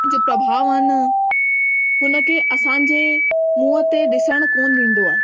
जो प्रभाव आहिनि हुनखे असांजे मुंह ते ॾिसणु कोन्ह ईंदो आहे